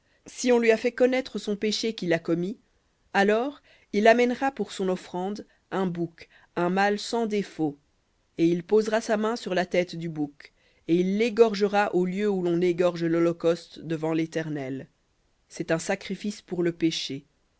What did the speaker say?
si on lui a fait connaître son péché qu'il a commis alors il amènera pour son offrande un bouc un mâle sans défaut et il posera sa main sur la tête du bouc et il l'égorgera au lieu où l'on égorge l'holocauste devant l'éternel c'est un sacrifice pour le péché